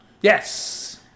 Yes